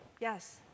Yes